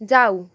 जाऊ